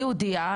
היא יהודיה,